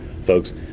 folks